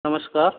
नमस्कार